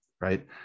Right